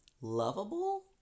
lovable